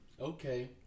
Okay